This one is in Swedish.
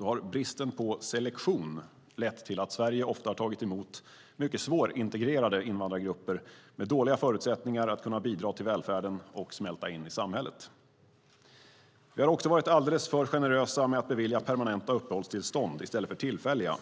har bristen på selektion lett till att Sverige ofta har tagit emot mycket svårintegrerade invandrargrupper med dåliga förutsättningar att bidra till välfärden och smälta in i samhället. Vi har också varit alldeles för generösa med att bevilja permanenta uppehållstillstånd i stället för tillfälliga.